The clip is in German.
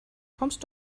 kommst